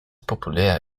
populär